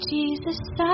Jesus